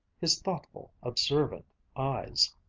his thoughtful, observant eyes.